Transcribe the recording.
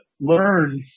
learn